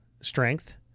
Strength